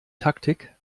taktik